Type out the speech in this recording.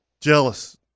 Jealous